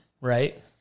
Right